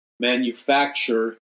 manufacture